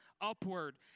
upward